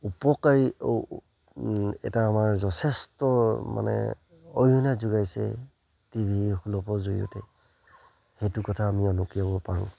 উপকাৰী এটা আমাৰ যথেষ্ট মানে অৰিহণা যোগাইছে টি ভি সুলভ হোৱাৰ জৰিয়তে সেইটো কথা আমি উনুকিয়াব পাৰোঁ